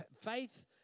faith